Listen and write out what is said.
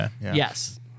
Yes